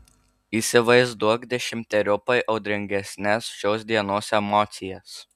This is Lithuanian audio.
įsivaizduok dešimteriopai audringesnes šios dienos emocijas